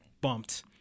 bumped